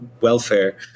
welfare